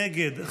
נגד,